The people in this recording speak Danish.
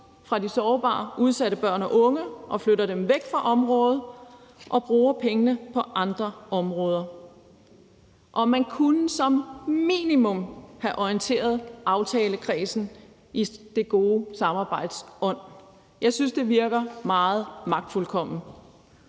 fra de sårbare udsatte børn og unge, flytter dem væk fra området og bruger pengene på andre områder. Man kunne som minimum have orienteret aftalekredsen i det gode samarbejdes ånd. Jeg synes, at det virker meget magtfuldkomment.